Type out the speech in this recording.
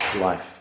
life